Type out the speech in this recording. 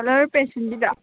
colour ꯄꯦꯟꯁꯤꯜꯁꯤꯗ